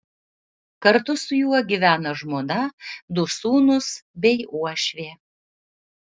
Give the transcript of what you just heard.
kartu su juo gyvena žmona du sūnūs bei uošvė